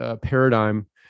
paradigm